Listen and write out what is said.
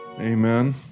Amen